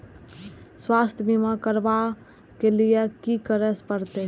स्वास्थ्य बीमा करबाब के लीये की करै परतै?